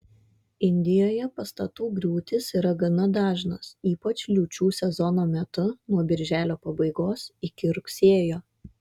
indijoje pastatų griūtys yra gana dažnos ypač liūčių sezono metu nuo birželio pabaigos iki rugsėjo